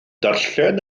darllen